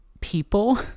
people